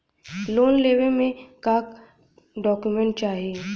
Loan लेवे मे का डॉक्यूमेंट चाही?